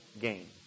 gain